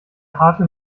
harte